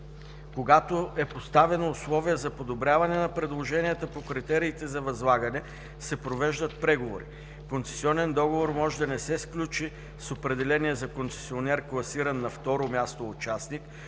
Когато е поставено условие за подобряване на предложенията по критериите за възлагане се провеждат преговори. Концесионен договор може да не се сключи с определения за концесионер класиран на второ място участник,